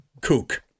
Kook